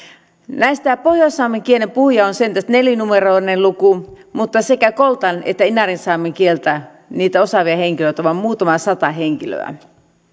näistä pohjoissaamen kielen puhujia on sentäs nelinumeroinen luku mutta sekä koltan että inarinsaamen kieltä osaavia on vain muutama sata henkilöä